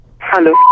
Hello